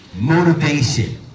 motivation